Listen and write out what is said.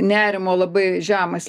nerimo labai žemas